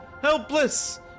Helpless